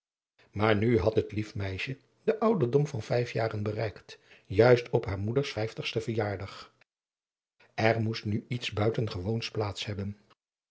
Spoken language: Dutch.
maar nu had het lief meisje den ouderdom van vijf jaren bereikt juist op haar moeders vijftigsten verjaardag er moest nu iets buitengewoons plaats hebben